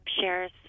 shares